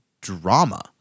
drama